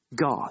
God